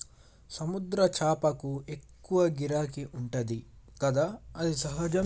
సముద్ర చేపలకు ఎక్కువ గిరాకీ ఉంటది కదా అది సహజమే